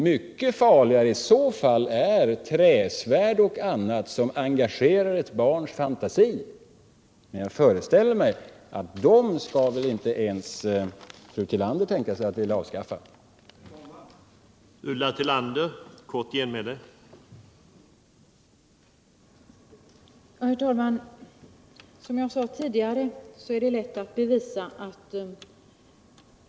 Mycket farligare kan i så fall träsvärden och annat som engagerar ett barns fantasi vara. Men jag föreställer mig att inte ens Ulla Tillander skulle kunna tänka sig att avskaffa sådana leksaker.